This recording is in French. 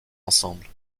ensemble